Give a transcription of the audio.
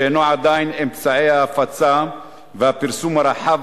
שהוא עדיין אמצעי ההפצה והפרסום הרחב